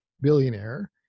billionaire